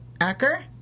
Acker